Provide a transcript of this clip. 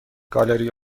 گالری